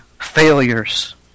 failures